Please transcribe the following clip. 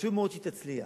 חשוב מאוד שהיא תצליח.